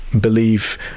believe